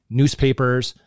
newspapers